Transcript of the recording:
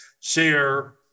share